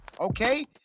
Okay